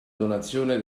donazione